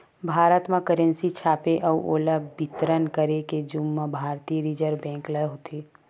भारत म करेंसी छापे अउ ओला बितरन करे के जुम्मा भारतीय रिजर्व बेंक ल होथे